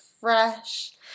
fresh